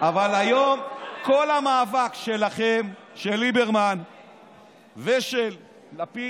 אבל היום, כל המאבק שלכם, של ליברמן ושל לפיד,